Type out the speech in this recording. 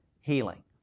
healing